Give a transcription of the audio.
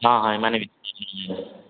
ହଁ ହଁ ଏମାନେ ବି ଯିବେ